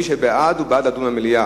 מי שבעד, בעד לדון במליאה.